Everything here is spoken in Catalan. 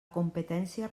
competència